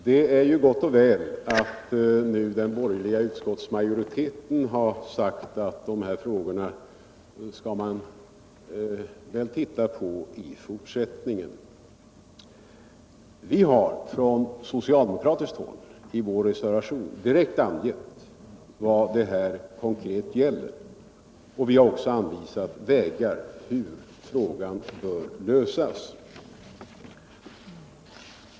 Herr talman! Det är gott och väl att den borgerliga majoriteten anser att man skall pröva dessa frågor. Vi har i vår reservation direkt angett vad det konkret gäller, och vi har också anvisat vägar för hur frågan bör lösas.